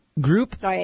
group